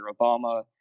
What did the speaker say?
Obama